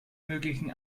möglichen